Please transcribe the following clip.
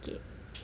okay